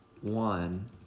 one